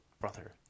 brother